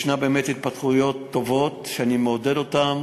יש באמת התפתחויות טובות, שאני מעודד אותן,